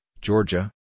Georgia